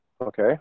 Okay